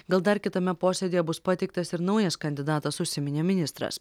gal dar kitame posėdyje bus pateiktas ir naujas kandidatas užsiminė ministras